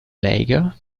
lager